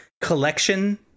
collection